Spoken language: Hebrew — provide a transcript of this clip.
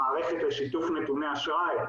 מערכת שיתוף נתוני האשראי,